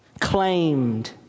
claimed